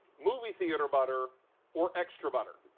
movie theater butter or extra butter.